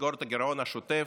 לסגור את הגירעון השוטף,